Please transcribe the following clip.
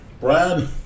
Brad